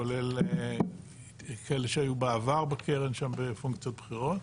כולל כאלה שהיו בעבר בקרן שם בפונקציות בכירות,